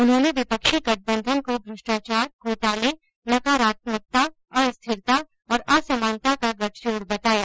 उन्होंने विपक्षी गठबंधन को भ्रष्टाचार घोटाले नकारात्मकता अस्थिरता और असमानता का गठजोड़ बताया